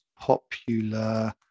popular